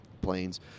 planes